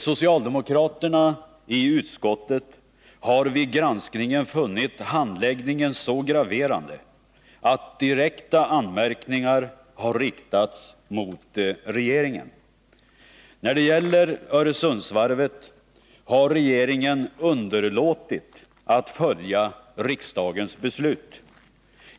Socialdemokraterna i utskottet har vid granskningen funnit handläggningen så graverande, att direkta anmärkningar har riktats mot regeringen. När det gäller Öresundsvarvet har regeringen underlåtit att följa riksdagens beslut.